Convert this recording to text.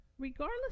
Regardless